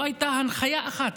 לא הייתה הנחיה אחת.